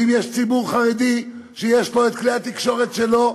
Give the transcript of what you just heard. אם יש ציבור חרדי שיש לו את כלי התקשורת שלו,